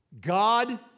God